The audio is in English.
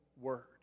word